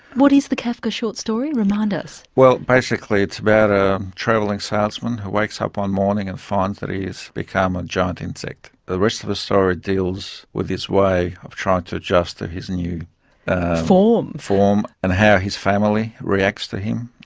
what is the kafka short story remind us? well basically it's about a travelling salesman who wakes up one morning and finds that he's become a giant insect. the rest of the story deals with his way of trying to adjust to his new form form and how his family reacts to him.